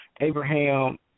Abraham